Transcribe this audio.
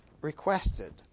requested